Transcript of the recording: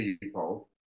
people